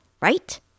right